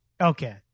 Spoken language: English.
Okay